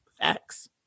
Facts